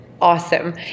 awesome